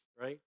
right